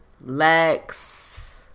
Lex